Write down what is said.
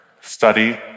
study